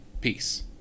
Peace